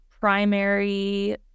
primary